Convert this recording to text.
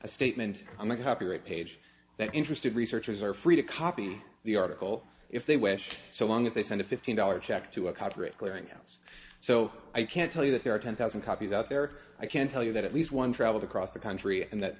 a statement on the copyright page that interested researchers are free to copy the article if they wish so long as they send a fifteen dollars check to a cut rate clearinghouse so i can't tell you that there are ten thousand copies out there i can tell you that at least one travelled across the country and that